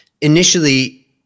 initially